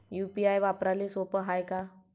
UPI वापराले सोप हाय का?